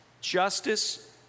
justice